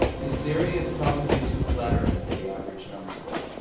his theory is probably too flattering to the average numskull.